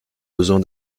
besoin